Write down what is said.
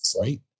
Right